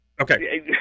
Okay